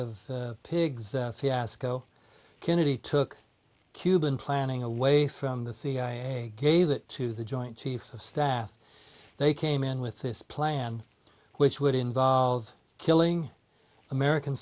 of pigs fiasco kennedy took cuban planning away from the cia gave it to the joint chiefs of staff they came in with this plan which would involve killing american